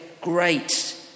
great